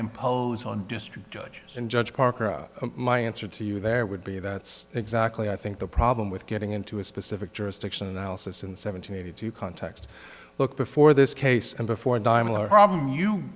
impose on district judge and judge parker my answer to you there would be that's exactly i think the problem with getting into a specific jurisdiction analysis in seventy two context look before this case and before diamond